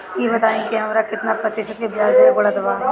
ई बताई की हमरा केतना प्रतिशत के ब्याज देवे के पड़त बा?